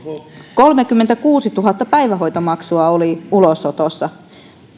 kolmekymmentäkuusituhatta päivähoitomaksua oli ulosotossa